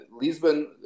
Lisbon